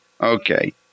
Okay